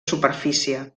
superfície